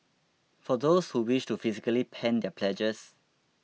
for those who wish to physically pen their pledges